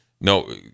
no